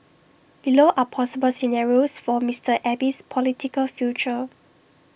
below are possible scenarios for Mister Abe's political future